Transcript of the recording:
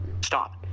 Stop